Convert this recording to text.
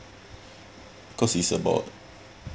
cause it's about